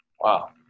wow